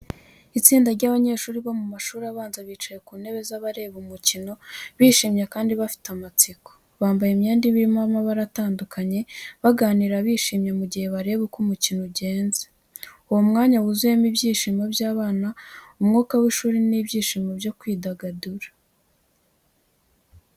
Itsinda ry’abanyeshuri bo mu mashuri abanza bicaye ku ntebe z’abareba umukino, bishimye kandi bafite amatsiko. Bambaye imyenda irimo amabara atandukanye, baganira bishimye mu gihe bareba uko umukino ugenze. Uwo mwanya wuzuyemo ibyishimo by’abana, umwuka w’ishuri, n’ibyishimo byo kwidagadura.